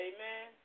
Amen